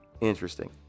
interesting